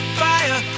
fire